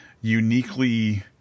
uniquely